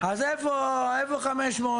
אז איפה 500?